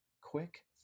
quick